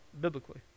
biblically